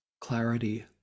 Clarity